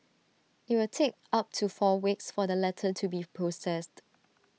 IT will take up to four weeks for the letter to be processed